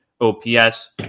OPS